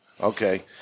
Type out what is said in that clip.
Okay